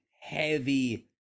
heavy